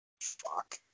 Fuck